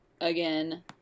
again